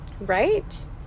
right